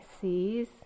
sees